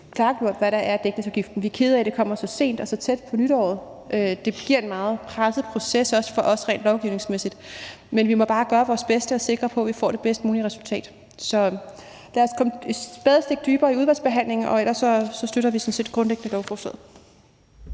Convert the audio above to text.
Vi er kede af, at det kommer så sent og så tæt på nytår, for det giver en meget presset proces, også for os rent lovgivningsmæssigt. Men vi må bare gøre vores bedste og sikre, at vi får det bedst mulige resultat. Så lad os komme et spadestik dybere i udvalgsbehandlingen, og ellers støtter vi sådan set grundlæggende lovforslaget.